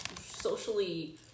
socially